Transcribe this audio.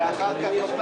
וככה נוכל